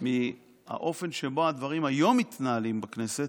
מהאופן שבו הדברים היום מתנהלים בכנסת,